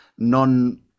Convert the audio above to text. Non